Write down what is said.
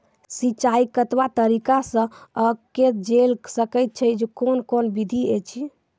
सिंचाई कतवा तरीका सअ के जेल सकैत छी, कून कून विधि ऐछि?